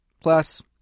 Plus